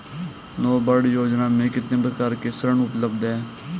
नाबार्ड योजना में कितने प्रकार के ऋण उपलब्ध हैं?